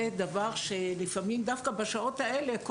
לפעמים דווקא בשעות האלה,